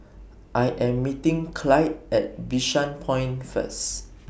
I Am meeting Clyde At Bishan Point First